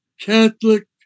Catholic